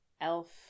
elf